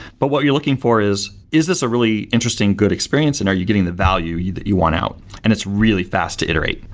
but what you're looking for is, is this a really interesting good experience and are you getting the value you that you want out? and it's really fast to iterate.